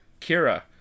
Kira